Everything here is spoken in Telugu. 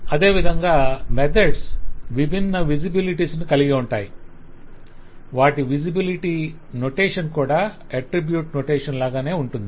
అదే విధంగా మెథడ్స్ విభిన్న విజిబిలిటీస్ ను కలిగి ఉంటాయి వాటి విజిబిలిటీ నొటేషన్ కూడా అట్ట్రిబ్యూట్ నొటేషన్ లాగానే ఉంటుంది